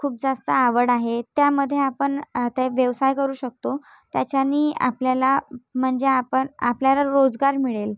खूप जास्त आवड आहे त्यामध्ये आपण ते व्यवसाय करू शकतो त्याच्याने आपल्याला म्हणजे आपण आपल्याला रोजगार मिळेल